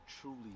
truly